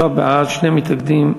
שלושה בעד, שני מתנגדים.